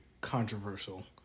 controversial